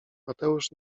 mateusz